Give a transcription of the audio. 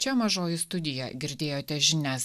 čia mažoji studija girdėjote žinias